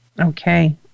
Okay